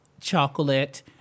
chocolate